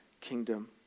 kingdom